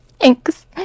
Thanks